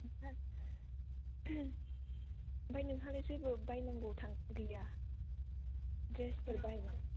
ओमफ्राइ नोंहालाय जेबो बायनांगौ थां गैया द्रेसफोर बाय